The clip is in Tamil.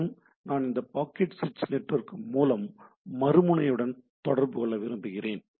மற்றும் நான் இந்த பாக்கெட் சுவிட்ச் நெட்வொர்க் மூலம் மறுமுனையுடன் தொடர்பு கொள்ள விரும்புகிறேன்